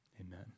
Amen